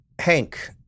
Hank